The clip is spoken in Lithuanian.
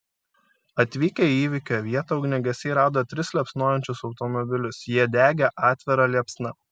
atvykę į įvykio vietą ugniagesiai rado tris liepsnojančius automobilius jie degė atvira liepsna